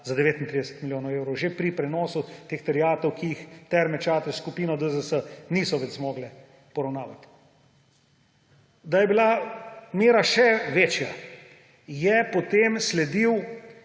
za 39 milijonov evrov že pri prenosu teh terjatev, ki jih Terme Čatež, skupina DZS niso več zmogle poravnavati. Da je bila mera še večja, je potem sledila